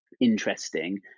interesting